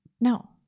No